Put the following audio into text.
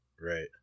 Right